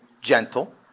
gentle